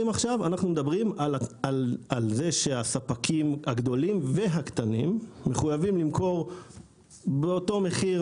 עכשיו על זה שהספקים הגדולים והקטנים מחויבים למכור באותו מחיר,